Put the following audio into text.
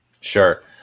sure